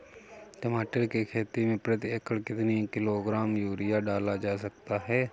टमाटर की खेती में प्रति एकड़ कितनी किलो ग्राम यूरिया डाला जा सकता है?